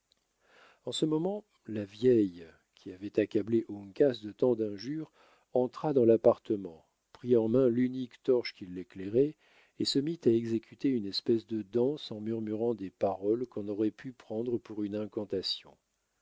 en ce moment la vieille qui avait accablé uncas de tant d'injures entra dans l'appartement prit en main l'unique torche qui l'éclairait et se mit à exécuter une espèce de danse en murmurant des paroles qu'on aurait pu prendre pour une incantation